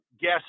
guess